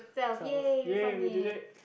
twelve ya we did it